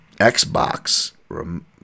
Xbox